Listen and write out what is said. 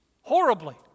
Horribly